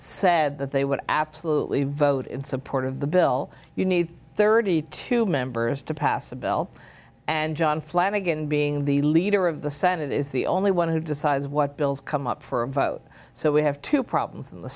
said that they would absolutely vote in support of the bill you need thirty two members to pass a bill and john flanagan being the leader of the senate is the only one who decides what bills come up for a vote so we have two problems in the